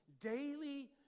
daily